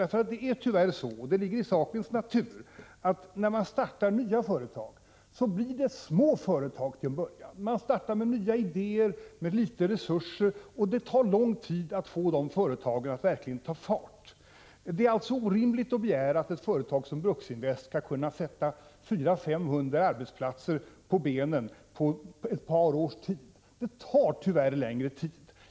Det är nämligen tyvärr så — det ligger Om EE i sakens natur — att när man startar nya företag så blir det till en början fråga SEren Ben iskogslänen om små företag. Man startar med nya idéer och har små resurser, och det tar lång tid att få verksamheten i företagen att verkligen ta fart. Det är alltså orimligt att begära att ett företag som Bruksinvest skall kunna få till stånd 400-500 arbetsplatser inom ett par års tid. Det tar tyvärr längre tid.